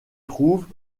trouvent